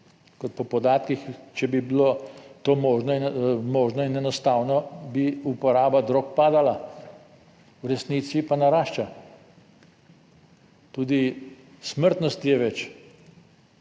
kot po podatkih, če bi bilo to možno, možno in enostavno bi uporaba drog padala, v resnici pa narašča. Tudi smrtnosti je več.